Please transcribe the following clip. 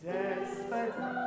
Desperate